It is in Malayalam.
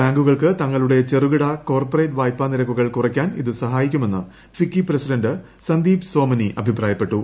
ബാങ്കുകൾ തങ്ങളുടെ ചെറുകിട കോർപ്പറേറ്റ് വായ്പ നിരക്കുകൾ കുറയ്ക്കാൻ ഇത് സഹായിക്കുമെന്ന് ഫിക്കി പ്രസിഡന്റ് സന്ദീപ് സോമനി അഭിപ്രായപ്പെട്ടു